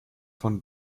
von